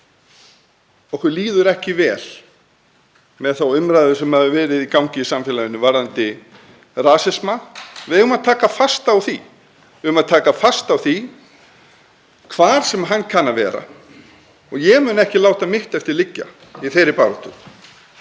okkur líður ekki vel með þá umræðu sem hefur verið í gangi í samfélaginu varðandi rasisma. Við eigum að taka fast á því, hvar sem hann kann að vera, og ég mun ekki láta mitt eftir liggja í þeirri baráttu.